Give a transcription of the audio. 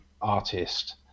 artist